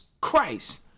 Christ